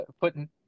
putting